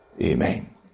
Amen